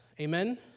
amen